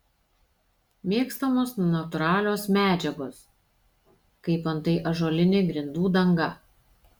mėgstamos natūralios medžiagos kaip antai ąžuolinė grindų danga